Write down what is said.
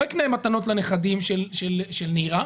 לא אקנה מתנות לנכדים של נירה,